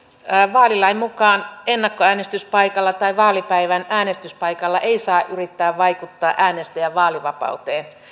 vaalilain mukaan ennakkoäänestyspaikalla tai vaalipäivän äänestyspaikalla ei saa yrittää vaikuttaa äänestäjän vaalivapauteen